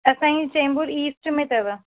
असांजी चैंबूर ईस्ट में अथव